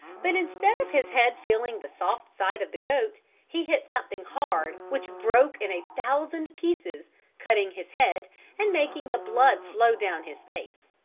but instead of his head feeling the soft side of the goat he hit something hard which broke in a thousand pieces cutting his head and making the blood flow down his face.